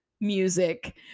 music